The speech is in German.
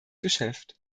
geschäft